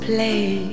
Play